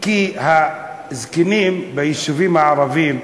כי הזקנים ביישובים הערביים,